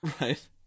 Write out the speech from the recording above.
Right